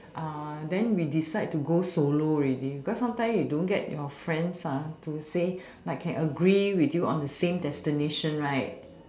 then we decide to go solo already because sometimes you don't get your friends to say like can agree with you on the same destination right